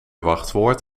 wachtwoord